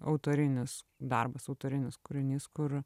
autorinis darbas autorinis kūrinys kur